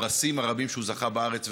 הפרסים הרבים שהוא זכה בהם בארץ ובעולם,